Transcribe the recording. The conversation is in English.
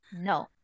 No